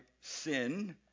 sin